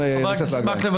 חבר הכנסת מקלב,